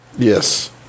Yes